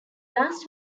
last